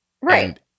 right